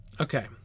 Okay